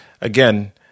again